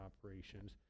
operations